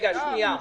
שנייה.